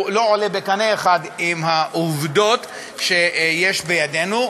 לא עולות בקנה אחד עם העובדות שיש בידינו,